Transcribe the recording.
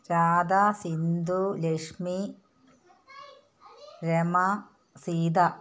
Radha Sindhu Lakshmi Rama Sita